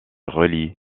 relie